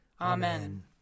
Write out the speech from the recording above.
Amen